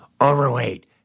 overweight